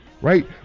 Right